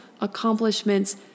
accomplishments